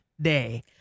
day